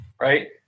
Right